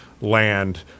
land